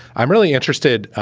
i'm really interested,